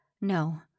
No